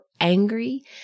angry